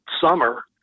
summer